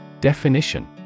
Definition